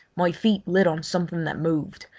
my feet lit on something that moved,